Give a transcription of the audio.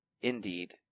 indeed